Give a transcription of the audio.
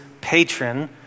patron